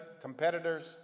competitors